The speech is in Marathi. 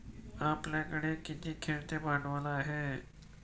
आपल्याकडे किती खेळते भांडवल आहे?